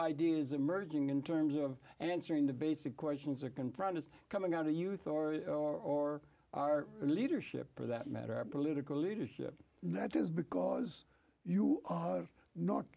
ideas emerging in terms of answering the basic questions or confront is coming out of youth or or our leadership for that matter our political leadership that is because you are not